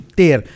ter